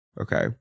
Okay